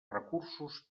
recursos